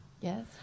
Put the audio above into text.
Yes